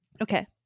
Okay